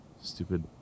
stupid